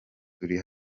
turi